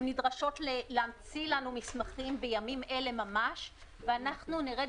הם נדרשים להמציא לנו מסמכים בימים אלה ממש ואנחנו נרד